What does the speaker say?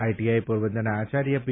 ITI પોરબંદરના આચાર્ય પી